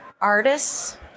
artists